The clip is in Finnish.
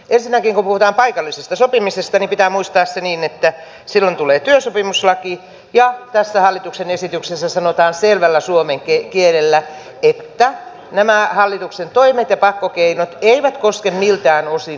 ensinnäkin kun puhutaan paikallisesta sopimisesta niin pitää muistaa se että silloin tulee työsopimuslaki ja tässä hallituksen esityksessä sanotaan selvällä suomen kielellä että nämä hallituksen toimet ja pakkokeinot eivät koske miltään osin työsopimuksia